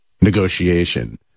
negotiation